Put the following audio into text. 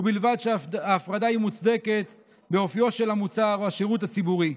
ובלבד שההפרדה היא מוצדקת בהתחשב באופיו של המוצר או השירות הציבורי.